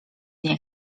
nie